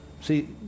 See